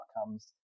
outcomes